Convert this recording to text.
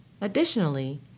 Additionally